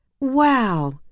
Wow